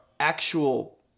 actual